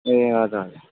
ए हजुर हजुर